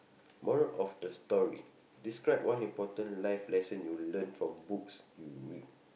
moral of the story describe one important life lesson you learn from books you read